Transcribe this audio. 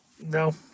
no